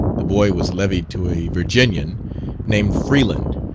the boy was levied to a virginian named freeland,